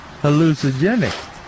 hallucinogenic